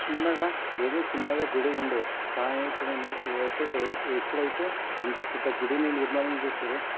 చిన్నగా ఏదో చిన్నగా గుడి ఉండే కానీ ఇప్పుడు ను ఎప్పుడు ఎ ఎప్పుడైతే ఇంత పెద్దగుడిని నిర్మాణం చేసారో